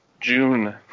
June